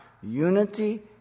Unity